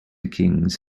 kings